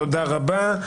תודה רבה.